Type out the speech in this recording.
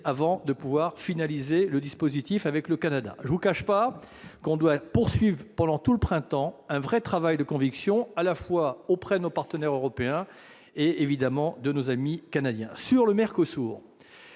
avant de pouvoir finaliser le dispositif avec le Canada. Je ne vous le cache pas, nous devrons faire durant le printemps un véritable travail de conviction à la fois auprès de nos partenaires européens et évidemment de nos amis canadiens. S'agissant du Mercosur,